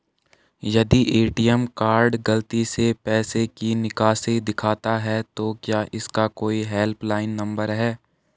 यदि ATM card गलती से पैसे की निकासी दिखाता है तो क्या इसका कोई हेल्प लाइन नम्बर है?